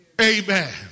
Amen